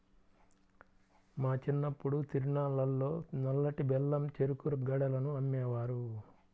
మా చిన్నప్పుడు తిరునాళ్ళల్లో నల్లటి బెల్లం చెరుకు గడలను అమ్మేవారు